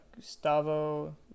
Gustavo